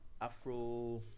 Afro